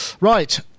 Right